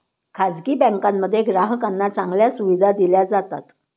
खासगी बँकांमध्ये ग्राहकांना चांगल्या सुविधा दिल्या जातात